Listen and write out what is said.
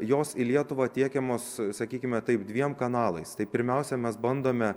jos į lietuvą tiekiamos sakykime taip dviem kanalais tai pirmiausia mes bandome